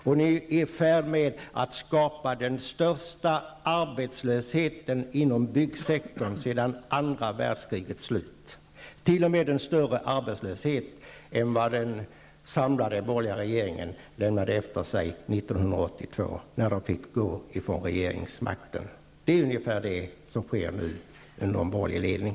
Ni är i färd med att skapa den största arbetslösheten inom byggsektorn sedan andra världskrigets slut, t.o.m. en större arbetslöshet sammanlagt än vad den borgerliga regeringen lämnade efter sig 1982 när den fick lämna regeringsmakten. Detta är ungefär vad som sker nu under en borgerlig ledning.